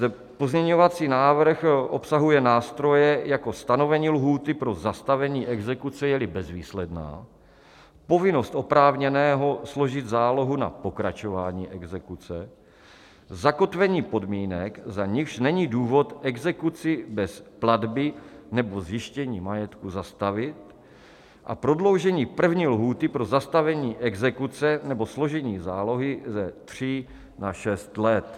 Zde pozměňovací návrh obsahuje nástroje jako stanovení lhůty pro zastavení exekuce, jeli bezvýsledná, povinnost oprávněného složit zálohu na pokračování exekuce, zakotvení podmínek, za nichž není důvod exekuci bez platby nebo zjištění majetku zastavit, a prodloužení první lhůty pro zastavení exekuce nebo složení zálohy ze tří na šest let.